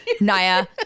Naya